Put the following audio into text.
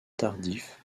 tardif